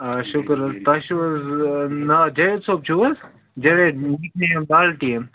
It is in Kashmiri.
آ شُکُر حظ تۄہہِ چھو حظ ناو جاوید صٲب چھو حظ جاوید نِک نیم لالٹیٖن